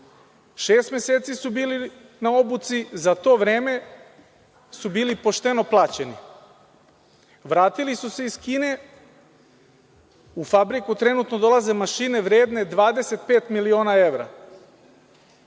šest meseci su bili na obuci. Za to vreme su bili pošteno plaćeni. Vratili su se iz Kine. U fabriku trenutno dolaze mašine vredne 25 miliona evra.